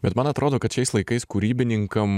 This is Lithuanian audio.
bet man atrodo kad šiais laikais kūrybininkam